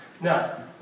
Now